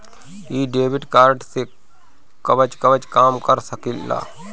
इ debit card से कवन कवन काम कर सकिला?